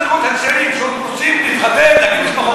צעירים שרוצים להתחתן, להקים משפחות.